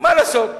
מה לעשות?